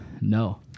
No